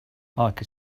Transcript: could